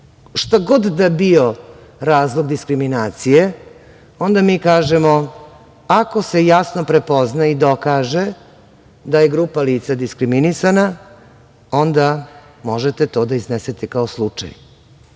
šta god da bio razlog diskriminacije, onda mi kažemo – ako se jasno prepozna i dokaže da je grupa lica diskriminisana, onda možete to da iznesete kao slučaj.